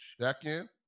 check-in